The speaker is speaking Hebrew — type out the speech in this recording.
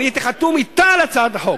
הייתי חתום אתה על הצעת החוק,